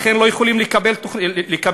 לכן לא יכולים לקבל היתרים.